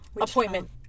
appointment